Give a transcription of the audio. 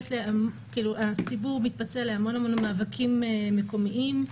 הציבור מתפצל להמון המון מאבקים מקומיים.